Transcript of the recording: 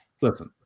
listen